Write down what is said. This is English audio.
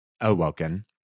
awoken